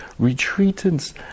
retreatants